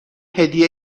هدیه